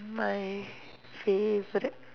my favourite